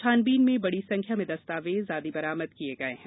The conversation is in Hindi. छानबीन में बड़ी संख्या में दस्तावेज आदि बरामद किए गए हैं